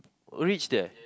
reach there